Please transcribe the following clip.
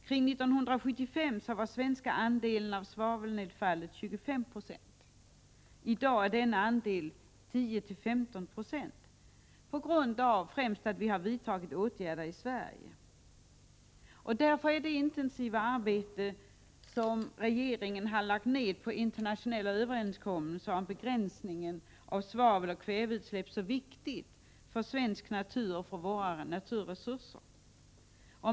Kring 1975 var den svenska andelen av svavelnedfallet 25 96, i dag är denna andel 10-15 26 på grund av främst i Sverige vidtagna åtgärder. Därför är det intensiva arbete som regeringen har lagt ned på internationella överenskommelser om begränsning av svaveloch kväveutsläpp så viktigt för svensk natur och våra naturresurser.